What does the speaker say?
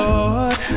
Lord